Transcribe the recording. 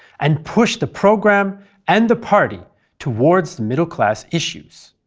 and pushed the program and the party towards middle class issues.